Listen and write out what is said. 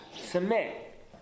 submit